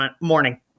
morning